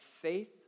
faith